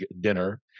dinner